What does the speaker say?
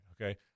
okay